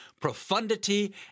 profundity